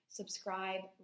subscribe